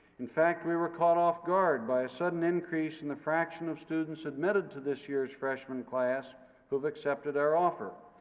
in fact, we were caught off-guard by a sudden increase in the fraction of students admitted to this year's freshman class who've accepted our offer.